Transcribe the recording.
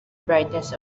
brightness